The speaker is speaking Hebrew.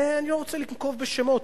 אני לא רוצה לנקוב בשמות,